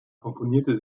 komponierte